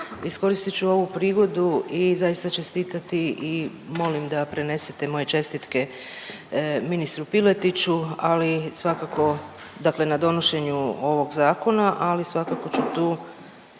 iskoristit ću ovu prigodu i zaista čestitati i molim da prenesete moje čestitke ministru Piletiću, ali svakako dakle na donošenju ovog zakona, ali svakako ću tu,